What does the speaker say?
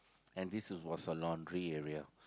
and this was a laundry area